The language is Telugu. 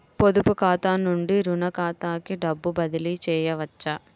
పొదుపు ఖాతా నుండీ, రుణ ఖాతాకి డబ్బు బదిలీ చేయవచ్చా?